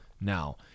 now